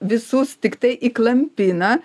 visus tiktai įklampina